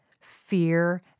fear